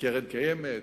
קרן קיימת,